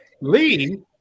Lee